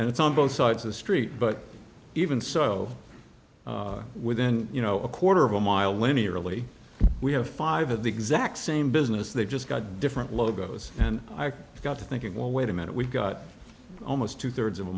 and it's on both sides of the street but even so within you know a quarter of a mile linearly we have five of the exact same business they just got different logos and i got to thinking well wait a minute we've got almost two thirds of a